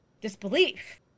disbelief